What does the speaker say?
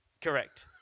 correct